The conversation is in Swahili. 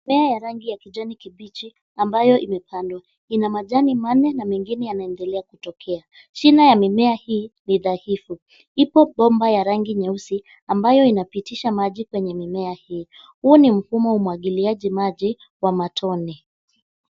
Mimea ya rangi ya kijani kibichi ambayo imepandwa. Ina majani manne na mengine yanaendelea kutokea. Shina ya mimea hii ni dhahifu. Ipo bomba ya rangi nyeusi ambayo inapitisha maji kwenye mimea hii. Huu ni mfumo wa umwagiliaji maji wa matone.